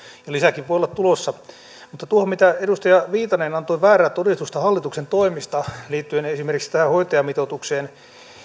ja lisääkin voi olla tulossa mutta tuohon mistä edustaja viitanen antoi väärää todistusta hallituksen toimista liittyen esimerkiksi hoitajamitoitukseen